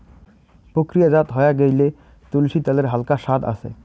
প্রক্রিয়াজাত হয়া গেইলে, তুলসী ত্যালের হালকা সাদ আছে